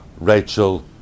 rachel